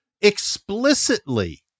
explicitly